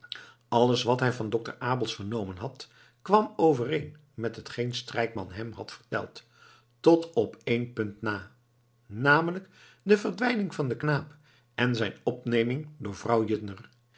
alles wat hij van dokter abels vernomen had kwam overeen met hetgeen strijkman hem had verteld tot op één punt na namelijk de verdwijning van den knaap en zijn opneming door vrouw juttner